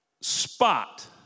spot